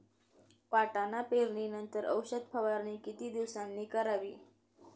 वाटाणा पेरणी नंतर औषध फवारणी किती दिवसांनी करावी?